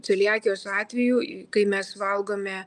celiakijos atvejų kai mes valgome